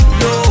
no